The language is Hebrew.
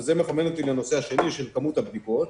וזה מחבר אותי לנושא השני של כמות הבדיקות.